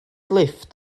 lifft